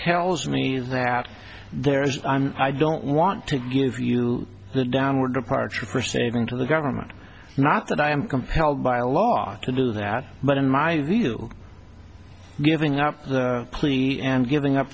tells me that there is i don't want to give you the downward departure for saving to the government not that i am compelled by a law to do that but in my view giving up cleanly and giving up